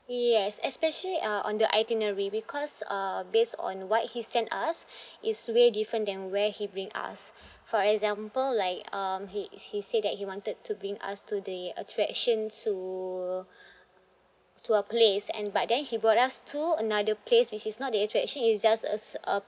yes especially uh on the itinerary because uh based on what he sent us it's way different than where he bring us for example like um he he say that he wanted to bring us to the attraction to to a place and but then he brought us to another place which is not the attraction it's just a a